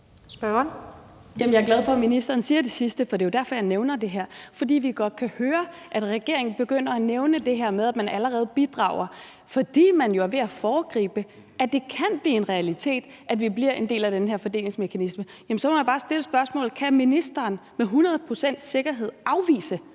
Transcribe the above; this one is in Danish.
Jeg er glad for, at ministeren siger det sidste, for det er jo derfor, jeg nævner det her. For vi kan godt høre, at regeringen begynder at nævne det her med, at man allerede bidrager, fordi man jo er ved at foregribe, at det kan blive en realitet, at vi bliver en del af den her fordelingsmekanisme. Så må jeg bare stille spørgsmålet: Kan ministeren med hundrede